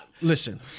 Listen